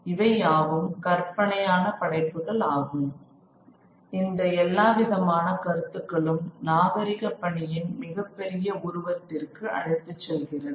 இவை யாவும் கற்பனையான படைப்புகள் ஆகும் இந்த எல்லாவிதமான கருத்துக்களும் நாகரிக பணியின் மிகப்பெரிய உருவத்திற்கு அழைத்துச் செல்கிறது